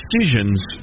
decisions